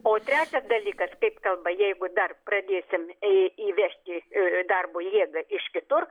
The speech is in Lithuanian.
o trečias dalykas kaip kalba jeigu dar pradėsim į įvežti dar darbo jėgą iš kitur